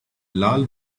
lal